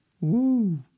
Woo